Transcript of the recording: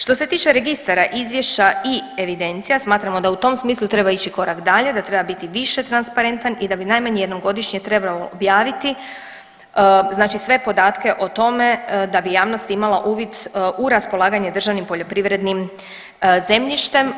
Što se tiče registara izvješća i evidencija, smatramo da u tom smislu treba ići korak dalje, da treba biti više transparentan i da bi najmanje jednom godišnje trebalo objaviti znači sve podatke o tome da bi javnost imala uvid u raspolaganje državnim poljoprivrednim zemljištem.